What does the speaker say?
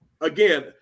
Again